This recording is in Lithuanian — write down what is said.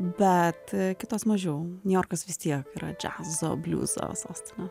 bet kitos mažiau niujorkas vis tiek yra džiazo bliuzo sostinė